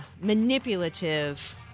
manipulative